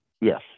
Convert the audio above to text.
yes